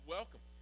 Welcome